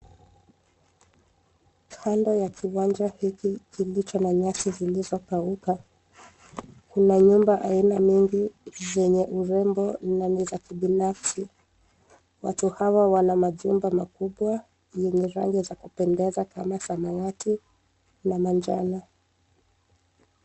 Kando ya kiwanja hiki kilicho na nyasi zilizokauka, kuna nyumba aina nyingi zenye urembo, na ni za kibinafsi. Watu hawa wana majumba makubwa, yenye rangi za kupendeza, kama samawati na manjano.